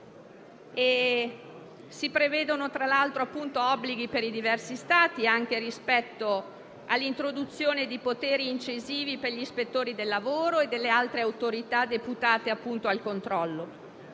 Si prevedono, tra l'altro, obblighi per i diversi Stati anche rispetto all'introduzione di poteri incisivi per gli ispettori del lavoro e delle altre autorità deputate al controllo.